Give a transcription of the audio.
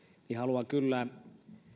niin haluan kyllä